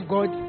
God